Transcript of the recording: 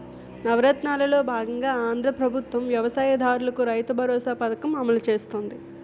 నవరత్నాలలో బాగంగా ఆంధ్రా ప్రభుత్వం వ్యవసాయ దారులకు రైతుబరోసా పథకం అమలు చేస్తుంది